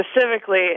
specifically